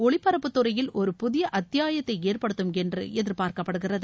ஒளிபரப்புத்துறையில் ஒரு புதிய அத்தியாயத்தை ஏற்படுத்தம் என்று எதிர்பார்க்கப்படுகிறது